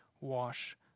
wash